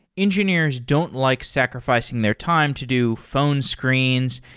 engineers don't like sacrificing their time to do phone screens,